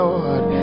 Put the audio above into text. Lord